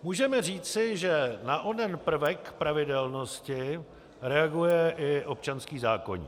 Můžeme říci, že na onen prvek pravidelnosti reaguje i občanský zákoník.